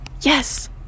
Yes